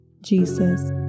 Jesus